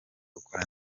ukora